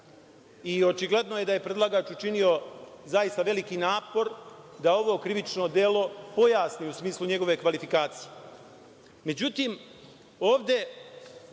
Očigledno je da je predlagač učinio zaista veliki napor da ovo krivično delo pojasni u smislu njegove kvalifikacije.Međutim,